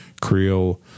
creole